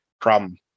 Problem